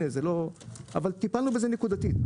וטיפלנו בזה נקודתית.